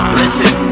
listen